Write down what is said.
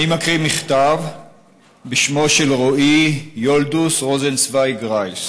אני מקריא מכתב בשמו של רועי יולדוס רוזנצווייג רייס: